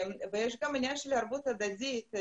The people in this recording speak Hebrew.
יש גם עניין של ערבות הדדית.